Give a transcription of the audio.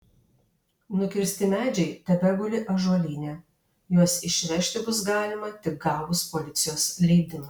nukirsti medžiai tebeguli ąžuolyne juos išvežti bus galima tik gavus policijos leidimą